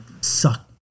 suck